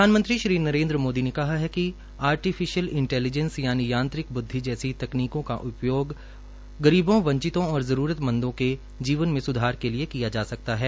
प्रधानमंत्री श्री नरेन्द्र मोदी ने कहा है कि आरटिफिशियल इंटेलीजैंस यानी यांत्रिक बुद्धि जैसी तकनीकों का उपयोग गरीबों वंचितों और जरूरतमंदों के जीवन में सुधर के लिए किया जा सकता है